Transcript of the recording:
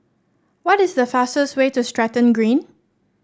what is the fastest way to Stratton Green